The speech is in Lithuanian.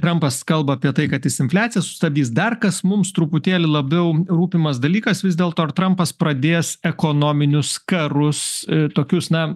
trampas kalba apie tai kad jis infliaciją sustabdys dar kas mums truputėlį labiau rūpimas dalykas vis dėlto ar trampas pradės ekonominius karus tokius na